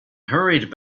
hurried